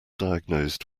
diagnosed